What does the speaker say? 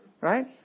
Right